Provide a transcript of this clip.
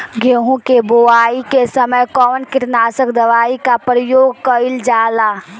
गेहूं के बोआई के समय कवन किटनाशक दवाई का प्रयोग कइल जा ला?